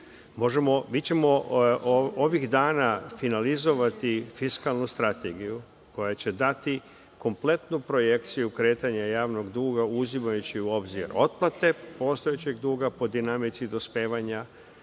Mi ćemo ovih dana finalizovati fiskalnu strategiju koja će dati kompletnu projekciju kretanja javnog duga, uzimajući u obzir otplate postojećeg duga po dinamici dospevanja,